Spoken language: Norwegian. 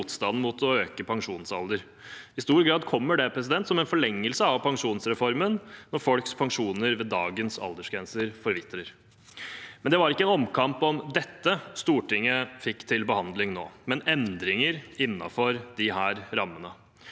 mot å øke pensjonsalder. I stor grad kommer det som en forlengelse av pensjonsreformen når folks pensjoner ved dagens aldersgrenser forvitrer. Likevel var det ikke en omkamp om dette Stortinget fikk til behandling nå, men endringer innenfor disse rammene.